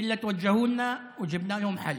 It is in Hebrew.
שכאשר הוא מקבל על עצמו עניין,